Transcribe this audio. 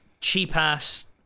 cheap-ass